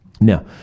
Now